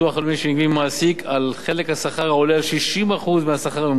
שנגבים ממעסיק על חלק השכר העולה על 60% מהשכר הממוצע.